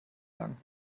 lang